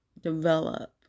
develop